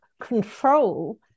control